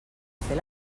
fer